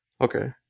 okay